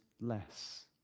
less